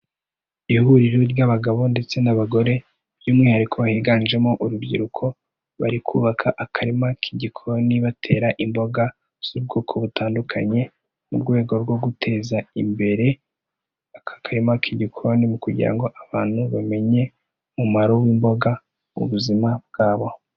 Ihuriro ry'abagabo ndetse n'abagore by'umwihariko higanjemo urubyiruko, bari kubaka akarima k'igikoni batera imboga z'ubwoko butandukanye, mu rwego rwo guteza imbere aka karima k'igikoni kugira ngo abantu bamenye umumaro w'imboga mu buzima bwabo.